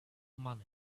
money